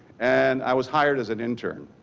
and i was hired as an intern.